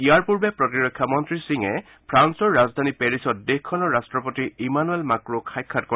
ইয়াৰ পূৰ্বে প্ৰতিৰক্ষা মন্ত্ৰী সিঙে ফ্ৰান্সৰ ৰাজধানী পেৰিছত দেশখনৰ ৰট্টপতি ইমানুৱেল মাঁক্ৰ'ক সাক্ষাৎ কৰে